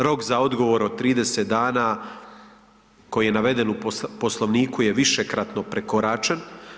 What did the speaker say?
Rok za odgovor od 30 dana koji je naveden u Poslovniku je višekratno prekoračen.